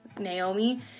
Naomi